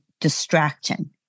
distraction